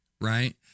right